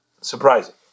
Surprising